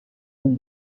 new